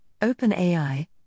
OpenAI